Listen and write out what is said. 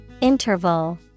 Interval